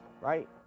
right